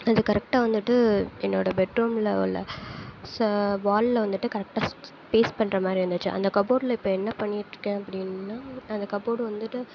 அது கரெக்டாக வந்துட்டு என்னோட பெட் ரூமில் உள்ள வாலில் வந்துட்டு கரெக்டாக பேஸ்ட் பண்ணுற மாதிரி இருந்துச்சு அந்த கபோர்டில் இப்போ என்ன பண்ணிக்கிட்டிருக்கேன் அப்படின்னா அந்த கபோர்டு வந்துட்டு